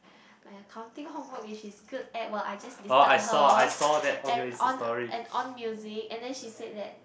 my accounting homework which she's good at while I just disturb her and on and on music and then she said that